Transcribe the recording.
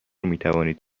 میتوانید